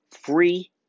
free